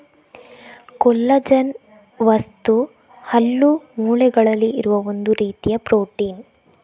collagen ವಸ್ತು ಹಲ್ಲು, ಮೂಳೆಗಳಲ್ಲಿ ಇರುವ ಒಂದು ರೀತಿಯ ಪ್ರೊಟೀನ್